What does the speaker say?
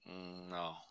No